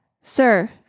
sir